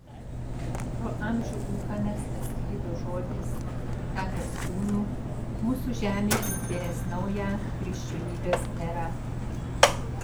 pro amžių ūkanas atsklido žodis tapęs kūnu mūsų žemėje atvėręs naują krikščionybės erą